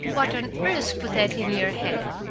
what on earth put that in your head?